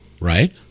right